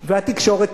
והתקשורת,